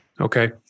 Okay